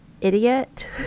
idiot